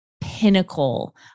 pinnacle